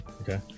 Okay